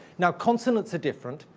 now, consonants are different.